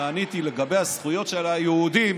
כשעניתי לגבי הזכויות של היהודים